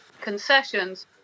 concessions